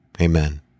Amen